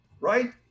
right